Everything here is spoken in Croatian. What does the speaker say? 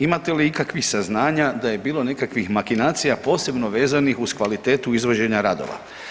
Imate li ikakvih saznanja da je bilo nekakvih makinacija posebno vezanih uz kvalitetu izvođenja radova?